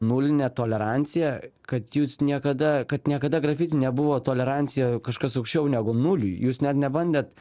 nulinė tolerancija kad jūs niekada kad niekada grafiti nebuvo tolerancija kažkas aukščiau negu nuliui jūs net nebandėt